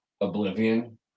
Oblivion